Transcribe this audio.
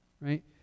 right